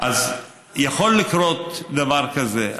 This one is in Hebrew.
אז יכול לקרות דבר כזה,